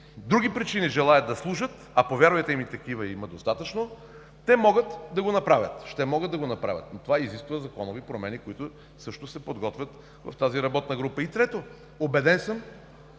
други причини желаят да служат, а повярвайте ми, такива има достатъчно, те могат да го направят. Ще могат да го направят! Това обаче изисква законови промени, които всъщност се подготвят в тази работна група. И трето, убеден съм,